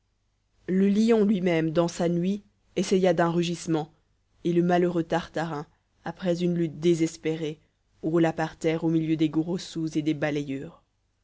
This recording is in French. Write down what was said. le lion lui-même dans sa nuit essaya d'un rugissement et le malheureux tartarin après une lutte désespérée roula par terre au milieu des gros sous et des balayures